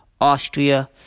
Austria